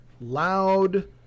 loud